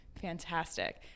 Fantastic